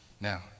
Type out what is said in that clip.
Now